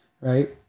right